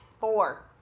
Four